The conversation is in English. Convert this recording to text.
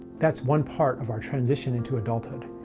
that's one part of our transition into adulthood.